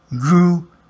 grew